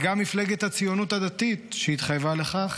וגם מפלגת הציונות הדתית שהתחייבה לכך,